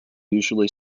usually